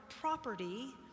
property